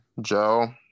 Joe